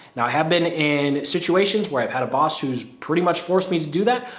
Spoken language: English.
now, i have been in situations where i've had a boss who has pretty much forced me to do that.